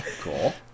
Cool